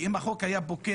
כי אם החוק היה פוקע,